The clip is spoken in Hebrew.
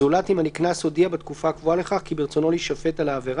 אין ספק שצריך לעשות כל מאמץ כדי לעצור את הנגף